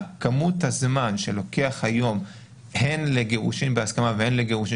הכמות הזמן שלוקח היום הן לגירושין בהסכמה והן לגירושין